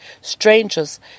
Strangers